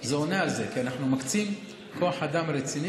זה עונה על זה, כי אנחנו מקצים כוח אדם רציני.